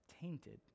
tainted